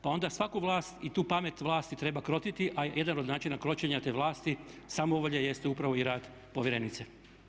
Pa onda svaku vlast i tu pamet vlasti treba krotiti a jedan od načina kroćenja te vlasti samovolje jeste upravo i rad povjerenice.